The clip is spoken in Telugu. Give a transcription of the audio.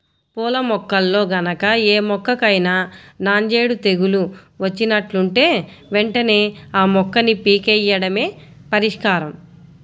పూల మొక్కల్లో గనక ఏ మొక్కకైనా నాంజేడు తెగులు వచ్చినట్లుంటే వెంటనే ఆ మొక్కని పీకెయ్యడమే పరిష్కారం